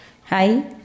Hi